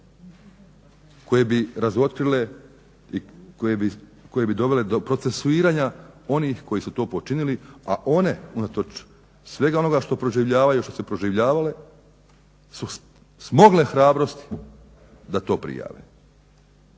koje bi razotkrile i koje bi dovele do procesuiranja onih koji su to počinili, a one unatoč svega onoga što proživljavaju i što su proživljavale su smogle hrabrosti da to prijave.